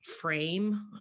frame